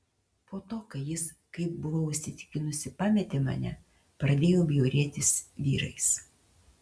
po to kai jis kaip buvau įsitikinusi pametė mane pradėjau bjaurėtis vyrais